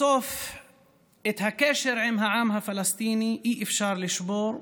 בסוף את הקשר עם העם הפלסטיני אי-אפשר לשבור,